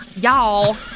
Y'all